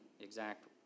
exact